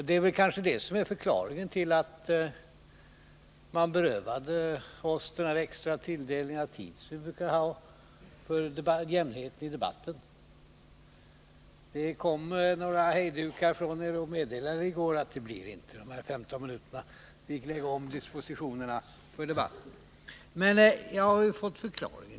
Det är kanske det som är förklaringen till att man berövade oss den extra tilldelning av tid som vi brukar ha för att få jämvikt i debatten — det kom i går några hejdukar från er och meddelade att det blir inte de vanliga 15 minuterna, och vi fick göra om våra dispositioner. Men nu har vi fått förklaringen.